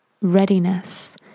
readiness